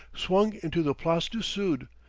swung into the place du sud,